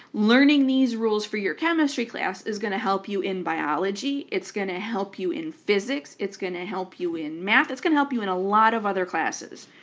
learning these rules for your chemistry class is going to help you in biology it's going to help you in physics it's going to help you in math it's going to help you in a lot of other classes.